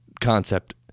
concept